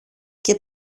και